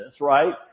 right